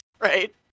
right